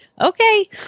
Okay